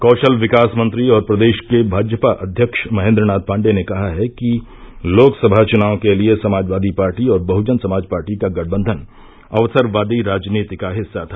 कौशल विकास मंत्री और प्रदेश के भाजपा अध्यक्ष महेन्द्रनाथ पांडेय ने कहा है कि लोकसभा चुनाव के लिए समाजवादी पार्टी और बहुजन समाज पार्टी का गठबंधन अवसरवादी राजनीति का हिस्सा था